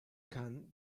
kann